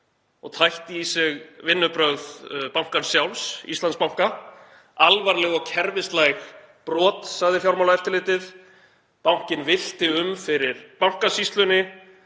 og tætti í sig vinnubrögð bankans sjálfs, Íslandsbanka. Alvarleg og kerfislæg brot, sagði Fjármálaeftirlitið. Bankinn villti um fyrir Bankasýslunni.